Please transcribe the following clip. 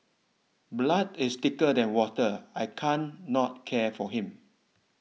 blood is thicker than water I can't not care for him